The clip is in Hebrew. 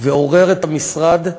ועורר את המשרד.